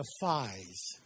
defies